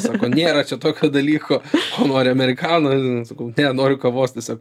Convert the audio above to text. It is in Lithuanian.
sako nėra čia tokio dalyko ko nori amerikano sakau ne noriu kavos tiesiog